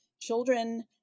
children